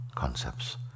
Concepts